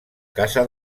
casa